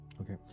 Okay